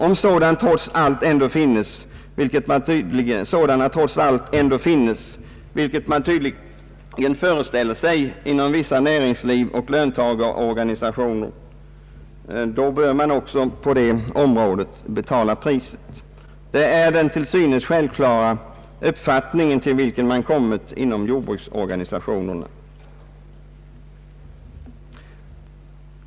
Om sådana trots allt ändå finns — vilket man tydligen föreställer sig inom vissa näringslivsoch löntagarorganisationer — bör man också där betala priset. Detta är den till synes självklara uppfattning till vilken man har kommit tionerna.